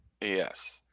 Yes